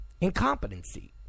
incompetency